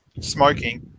smoking